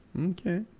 Okay